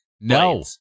No